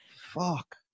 Fuck